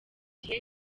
gihe